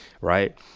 right